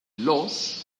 los